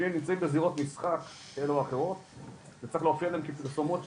אם הם נמצאים בזירות משחק כאלה ואחרות זה צריך להופיע להם כפרסומות שם,